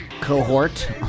cohort